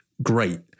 great